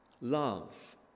Love